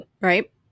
right